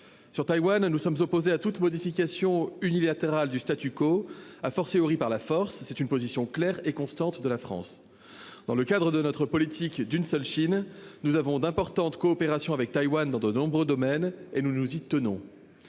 Taïwan, nous sommes opposés à toute modification unilatérale du, par la force. C'est une position claire et constante de la France. Dans le cadre de notre politique d'« une seule Chine », nous avons d'importantes coopérations avec Taïwan dans de nombreux domaines, et nous nous y tenons.